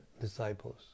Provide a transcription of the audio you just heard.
disciples